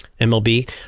mlb